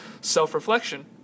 self-reflection